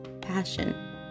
passion